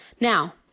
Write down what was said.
Now